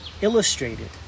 illustrated